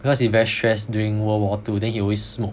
because he very stressed during world war two then he always smoke